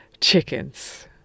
chickens